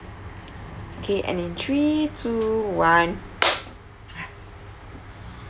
K and in three two one